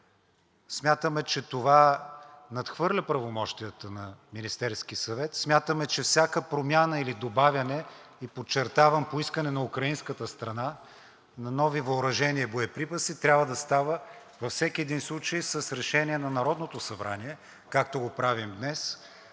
Смятаме, че това надхвърля правомощията на Министерския съвет. Смятаме, че всяка промяна или добавяне – и подчертавам – по искане на украинската страна на нови въоръжения и боеприпаси, трябва да става във всеки един случай с решение на Народното събрание, както го правим днес,